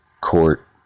Court